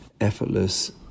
effortless